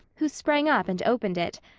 who sprang up and opened it,